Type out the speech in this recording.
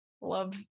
Love